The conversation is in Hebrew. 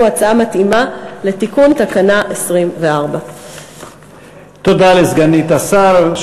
הצעה מתאימה לתיקון תקנה 24. תודה לסגנית השר.